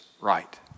right